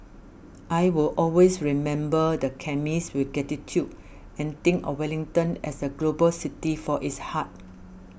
I will always remember the chemist with gratitude and think of Wellington as a global city for its heart